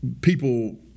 people